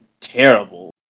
terrible